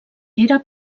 era